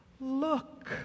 Look